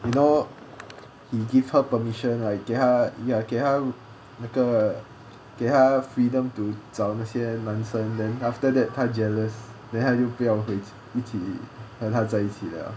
you know he give her permission right 给他 ya 给他那个给他 freedom to 找那些男生 then after that 他 jealous then 他就不要一起和他在一起了